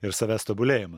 ir savęs tobulėjimą